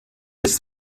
ist